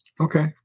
Okay